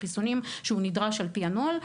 וחיסונים שהוא נדרש על פי הנוהל,